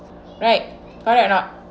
right correct or not